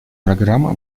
программы